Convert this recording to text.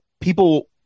people